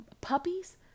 Puppies